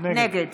נגד